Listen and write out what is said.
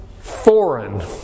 foreign